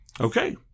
Okay